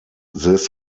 this